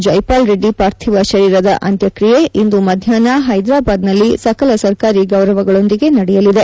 ಜೈಪಾಲ್ ರೆಡ್ಡಿ ಪಾರ್ಥಿವ ಶರೀರದ ಅಂತ್ಯಕ್ರಿಯೆ ಇಂದು ಮಧ್ಯಾಹ್ನ ಹ್ವೆದ್ರಾಬಾದ್ ನಲ್ಲಿ ಸಕಲ ಸರ್ಕಾರಿ ಗೌರವಗಳೊಂದಿಗೆ ನಡೆಯಲಿದೆ